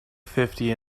fifty